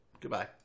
goodbye